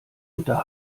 unter